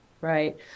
Right